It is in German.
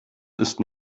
ist